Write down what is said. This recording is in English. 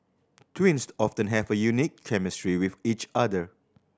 twins often have a unique chemistry with each other